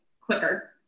quicker